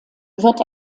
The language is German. wird